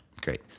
Great